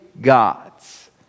gods